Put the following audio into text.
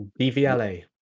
DVLA